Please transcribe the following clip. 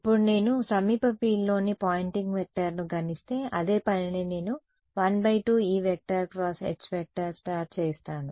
ఇప్పుడు నేను సమీప ఫీల్డ్లోని పాయింటింగ్ వెక్టర్ను గణిస్తే అదే పనిని నేను 12 E →× H→ చేస్తాను